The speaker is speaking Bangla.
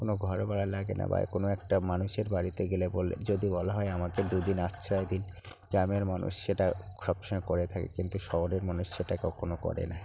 কোনও ঘর ভাড়া লাগে না বা কোনও একটা মানুষের বাড়িতে গেলে বলে যদি বলা হয় আমাকে দু দিন আচ্ছয় দিন গ্রামের মানুষ সেটা সব সময় করে থাকে কিন্তু শহরের মানুষ সেটা কখনও করে না